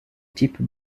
type